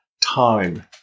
time